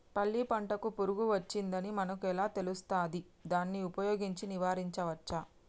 పల్లి పంటకు పురుగు వచ్చిందని మనకు ఎలా తెలుస్తది దాన్ని ఉపయోగించి నివారించవచ్చా?